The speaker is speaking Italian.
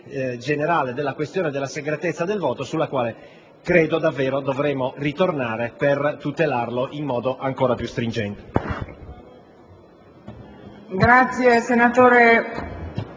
generale sulla questione della segretezza del voto, sulla quale credo davvero dovremo ritornare per una tutela maggiormente stringente.